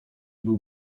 był